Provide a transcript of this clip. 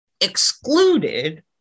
excluded